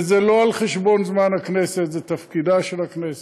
וזה לא על חשבון זמן הכנסת, זה תפקידה של הכנסת.